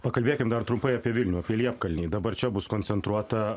pakalbėkim dar trumpai apie vilnių apie liepkalnį dabar čia bus koncentruota